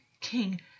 king